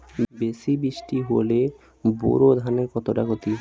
বেশি বৃষ্টি হলে বোরো ধানের কতটা খতি হবে?